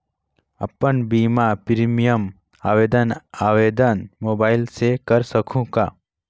अपन बीमा प्रीमियम आवेदन आवेदन मोबाइल से कर सकहुं का?